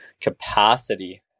capacity